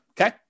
okay